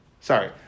sorry